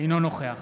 אינו נוכח